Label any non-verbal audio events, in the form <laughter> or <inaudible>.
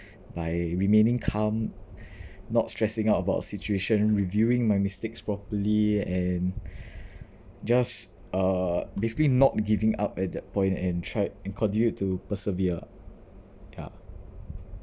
by remaining calm <breath> not stressing out about a situation reviewing my mistakes properly and <breath> just uh basically not giving up at that point and try and continue to persevere ya